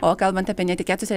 o kalbant apie netikėtus